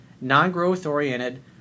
non-growth-oriented